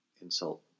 insult